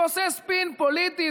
ועושה ספין פוליטי,